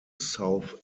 south